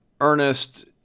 Ernest